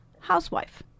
housewife